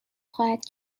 خواهد